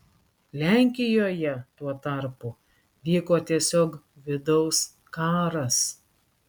lenkijoje tuo tarpu vyko tiesiog vidaus karas